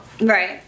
Right